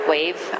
Wave